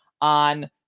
on